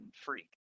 freak